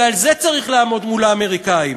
ועל זה צריך לעמוד מול האמריקנים.